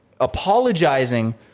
apologizing